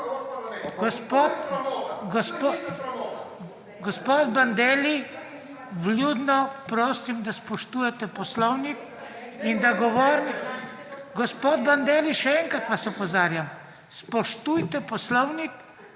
Gospod Bandelli, vljudno prosim, da spoštujete poslovnik in da …/ oglašanje iz dvorane/ Gospod Bandelli še enkrat vas opozarjam. Spoštujte poslovnik